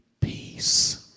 peace